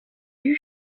you